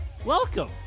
Welcome